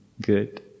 good